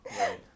Right